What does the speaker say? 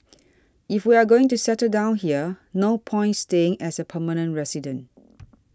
if we are going to settle down here no point staying as a permanent resident